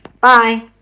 Bye